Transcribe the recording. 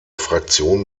fraktion